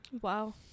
wow